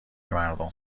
مردم